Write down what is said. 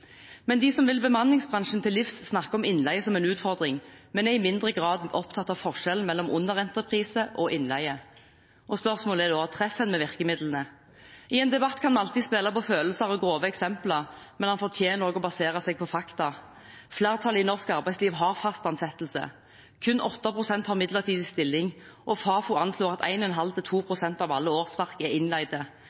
De som vil bemanningsbransjen til livs, snakker om innleie som en utfordring, men er i mindre grad opptatt av forskjellen mellom underentreprise og innleie. Spørsmålet er da: Treffer en med virkemidlene? I en debatt kan vi alltid spille på følelser og grove eksempler, men den fortjener også at en baserer seg på fakta. Flertallet i norsk arbeidsliv har fast ansettelse. Kun 8 pst. har midlertidig stilling, og Fafo anslår at 1,5–2 pst. av alle årsverk er innleide.